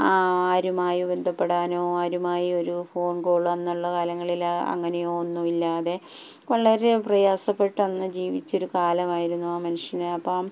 ആരുമായി ബന്ധപ്പെടാനോ ആരുമായി ഒരു ഫോൺ കോളോ അന്നുള്ള കാലങ്ങളിൽ അങ്ങനെയോ ഒന്നും ഇല്ലാതെ വളരെ പ്രയാസപ്പെട്ട് അന്ന് ജീവിച്ചൊരു കാലമായിരുന്നു ആ മനുഷ്യനെ അപ്പം